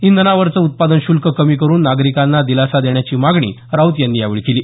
इंधनावरचं उत्पादन शुल्क कमी करून नागरिकांना दिलासा देण्याची मागणी राऊत यांनी केली